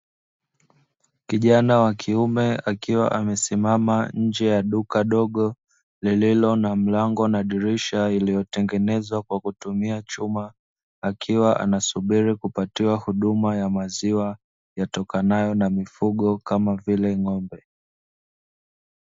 Kijana wa kiume akiwa amesimama nnje ya duka dogo, lililo na mlango na dirisha lililotengenezwa kwa kutumia chuma. Akiwa anasubiri kupatiwa huduma ya maziwa yatokanayo na mifugo kama vile ng'ombe.